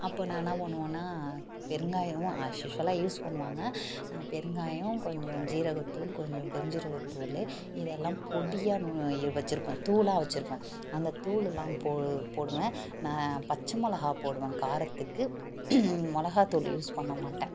அப்போ நான் என்ன பண்ணுவேன்னால் பெருங்காயம் ஆஸ்யூஷ்வலாக யூஸ் பண்ணுவாங்க நான் பெருங்காயம் கொஞ்சம் ஜீரகத்தூள் கொஞ்சம் பெருஞ்ஜீரகத்தூள் இதெல்லாம் பொடியாக நு இ வச்சுருப்பேன் தூளாக வச்சுருப்பேன் அந்த தூளெலாம் போ போடுவேன் நான் பச்சை மிளகா போடுவேன் காரத்துக்கு மிளகாத்தூளு யூஸ் பண்ண மாட்டேன்